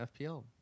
fpl